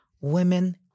women